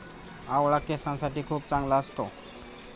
आवळा केसांसाठी खूप चांगला असतो